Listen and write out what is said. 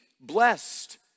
blessed